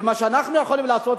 ומה שאנחנו יכולים לעשות,